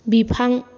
बिफां